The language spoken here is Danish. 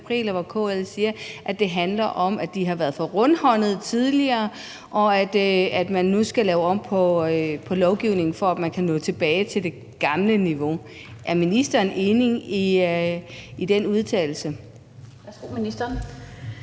hvor KL siger, det handler om, at de tidligere har været for rundhåndede, og at man nu skal lave om på lovgivningen, for at man kan nå tilbage til det gamle niveau. Er ministeren enig i den udtalelse? Kl. 19:13 Den